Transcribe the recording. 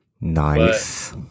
Nice